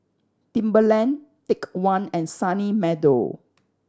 Timberland Take One and Sunny Meadow